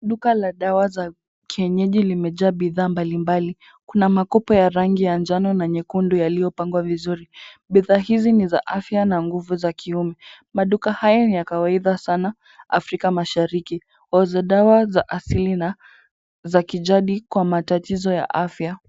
Duka la dawa za kienyeji limejaa bidhaa mbalimbali. Kuna Makopo ya rangi nyekundu na njano yaliyopangwa vizuri. Bidhaa hizi ni za afya na nguvu za kiume. Maduka haya ni ya kawaida sanaa Afrika Masharika Mashariki. Huuza dawa za asili na za kijadi kwa matatizo ya afya.